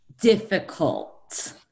difficult